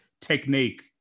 technique